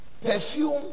perfume